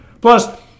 Plus